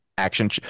Action